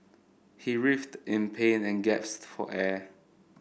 he writhed in pain and gasped for air